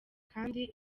kandi